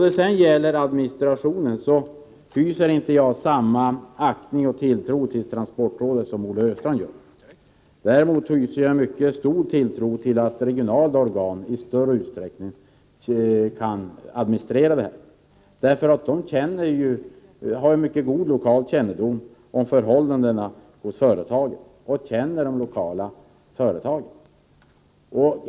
När det gäller administrationen hyser inte jag samma aktning för och tilltro till transportrådet som Olle Östrand gör. Däremot hyser jag mycket stor tilltro till att regionala organ i stor utsträckning kan administrera detta stöd. De har ju synnerligen god kännedom om de lokala företagens förhållanden.